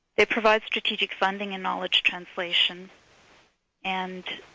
it provides strategic funding in knowledge translation and